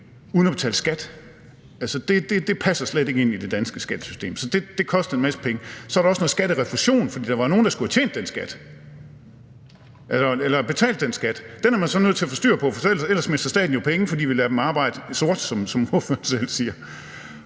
uden at betale skat, så er det noget, der slet ikke passer ind i det danske skattesystem, så det kostede en masse penge. Så var der også noget med skatterefusion, for der var nogle, der skulle have betalt den skat, og det var man så nødt til at få styr på, for ellers mistede staten jo penge, fordi vi lod dem arbejde sort, som ordføreren selv siger.